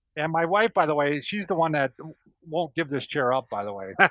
and my wife by the way, she's the one that won't give this chair up, by the way.